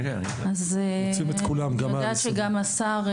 אני יודעת שגם השר,